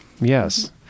Yes